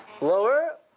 lower